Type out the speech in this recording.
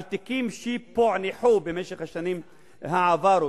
על תיקים שפוענחו במשך השנים שעברו,